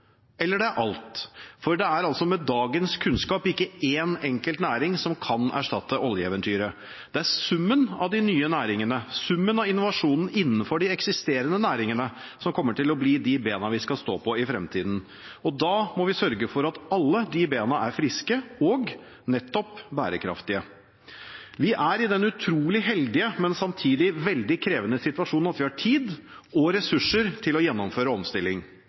eller det er alt. For det er med dagens kunnskap ikke én enkelt næring som kan erstatte oljeeventyret. Det er summen av de nye næringene og summen av innovasjonen innenfor de eksisterende næringene som kommer til å bli de bena vi skal stå på i fremtiden. Da må vi sørge for at alle de bena er friske og – nettopp – bærekraftige. Vi er i den utrolig heldige, men samtidig veldig krevende, situasjonen at vi har tid og ressurser til å gjennomføre omstilling